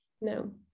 No